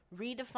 redefine